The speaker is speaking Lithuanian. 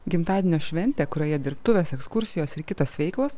gimtadienio šventė kurioje dirbtuvės ekskursijos ir kitos veiklos